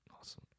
Awesome